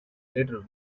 later